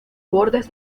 bordes